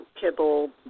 kibble